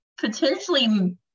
potentially